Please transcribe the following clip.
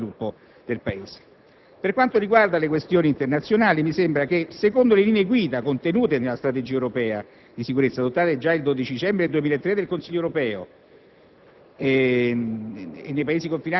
guida del processo politico e dello sviluppo del Paese. Per quanto riguarda le questioni internazionali, mi sembra che, secondo le linee guida contenute nella Strategia europea di sicurezza, adottata il 12 dicembre del 2003 dal Consiglio europeo,